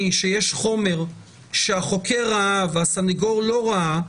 שיש חומר שהחוקר ראה והסנגור לא ראה,